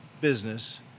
business